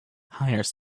hires